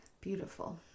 beautiful